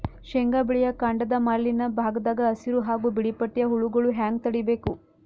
ಶೇಂಗಾ ಬೆಳೆಯ ಕಾಂಡದ ಮ್ಯಾಲಿನ ಭಾಗದಾಗ ಹಸಿರು ಹಾಗೂ ಬಿಳಿಪಟ್ಟಿಯ ಹುಳುಗಳು ಹ್ಯಾಂಗ್ ತಡೀಬೇಕು?